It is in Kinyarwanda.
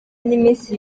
n’iminsi